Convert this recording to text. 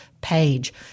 page